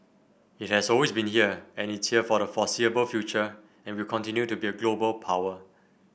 it has always been here and it's here for the foreseeable future and will continue to be a global power